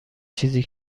چیزی